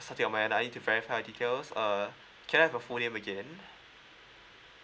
to verify your details uh can I have your full name again